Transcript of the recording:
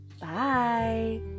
Bye